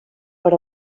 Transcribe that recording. per